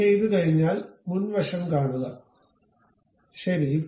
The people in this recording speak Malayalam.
ഇത് ചെയ്തുകഴിഞ്ഞാൽ മുൻവശം കാണുക ശരി